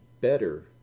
better